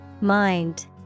Mind